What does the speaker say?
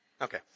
Okay